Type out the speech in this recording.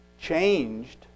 changed